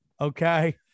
Okay